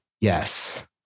Yes